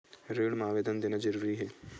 ऋण मा आवेदन देना जरूरी हे?